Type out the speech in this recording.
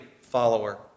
follower